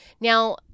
Now